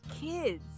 kids